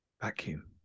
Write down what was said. Vacuum